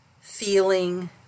Feeling